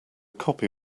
copy